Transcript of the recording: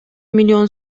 миллион